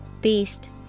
beast